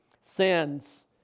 sins